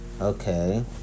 Okay